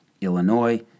Illinois